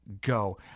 go